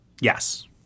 Yes